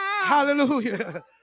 hallelujah